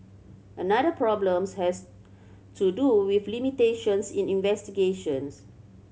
another problems has to do with limitations in investigations